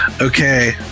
okay